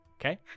Okay